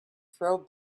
throw